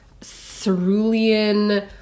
cerulean